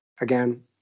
Again